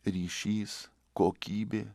ryšys kokybė